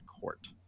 court